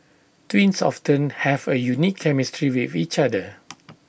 twins often have A unique chemistry with each other